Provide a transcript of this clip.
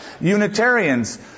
Unitarians